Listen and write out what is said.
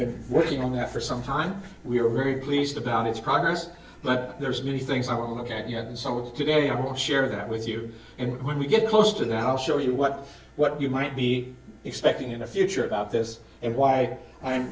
been working on now for some time we are very pleased about its progress but there's many things i want to get yet and so today i will share that with you and when we get close to that i'll show you what what you might be expecting in the future about this and why